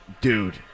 dude